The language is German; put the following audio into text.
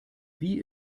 wie